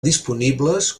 disponibles